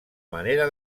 manera